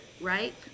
right